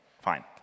fine